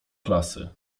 klasy